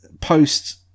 post